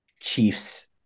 chiefs